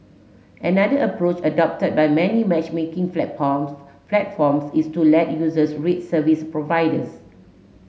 another approach adopted by many matchmaking platforms platforms is to let users rate service providers